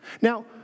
Now